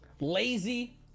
lazy